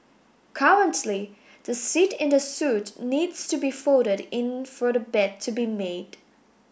currently the seat in the suite needs to be folded in for the bed to be made